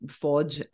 forge